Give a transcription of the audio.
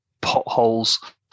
potholes